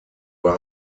war